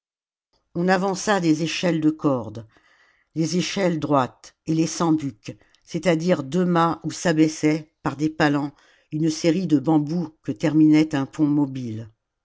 on avança les échelles de corde les échelles droites et les sambuques c'est-à-dire deux mâts d'oii s'abaissaient par des palans une série de bambous que terminait un pont mobile